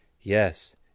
Yes